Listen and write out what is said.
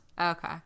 okay